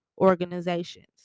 organizations